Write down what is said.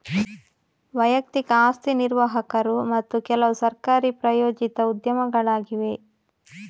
ವೈಯಕ್ತಿಕ ಆಸ್ತಿ ನಿರ್ವಾಹಕರು ಮತ್ತು ಕೆಲವುಸರ್ಕಾರಿ ಪ್ರಾಯೋಜಿತ ಉದ್ಯಮಗಳಾಗಿವೆ